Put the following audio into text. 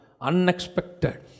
Unexpected